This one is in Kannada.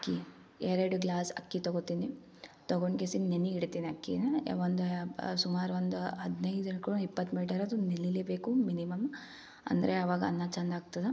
ಅಕ್ಕಿ ಎರಡು ಗ್ಲಾಸ್ ಅಕ್ಕಿ ತಗೋತೀನಿ ತಗೊಂಡ್ಗಿಸಿಗ್ ನೆನೆ ಇಡ್ತೀನಿ ಅಕ್ಕಿನ ಯಾ ಒಂದು ಸುಮಾರೊಂದು ಹದಿನೈದು ಅದು ನೆನಿಲೇಬೇಕು ಮಿನಿಮಮ್ ಅಂದರೆ ಅವಾಗ ಅನ್ನ ಚಂದ ಆಗ್ತದೆ